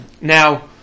now